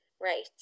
right